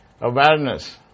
awareness